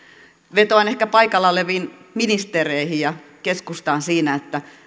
vetoan ehkä paikalla oleviin ministereihin ja keskustaan siinä